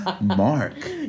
Mark